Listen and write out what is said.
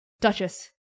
Duchess